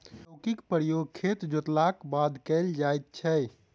चौकीक प्रयोग खेत जोतलाक बाद कयल जाइत छै